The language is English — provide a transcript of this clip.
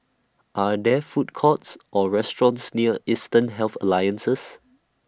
Are There Food Courts Or restaurants near Eastern Health Alliances